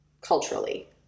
culturally